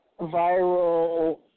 viral